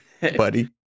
buddy